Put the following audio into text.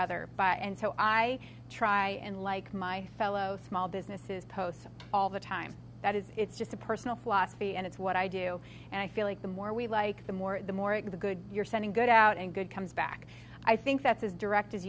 other and so i try and like my fellow small businesses post all the time that is it's just a personal philosophy and it's what i do and i feel like the more we like the more the more of the good you're sending good out and good comes back i think that's as direct as